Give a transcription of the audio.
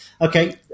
okay